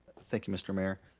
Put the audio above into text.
thank you mr. mayor.